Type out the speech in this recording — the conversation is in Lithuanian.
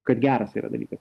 kad geras tai yra dalyka